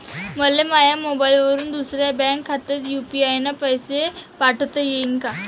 मले माह्या मोबाईलवरून दुसऱ्या बँक खात्यात यू.पी.आय न पैसे पाठोता येईन काय?